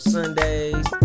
Sundays